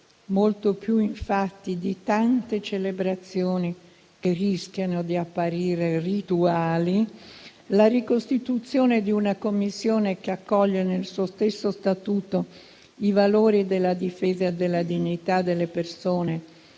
Molto più, infatti, di tante celebrazioni che rischiano di apparire rituali, la ricostituzione di una Commissione che accoglie nel suo stesso statuto i valori della difesa della dignità delle persone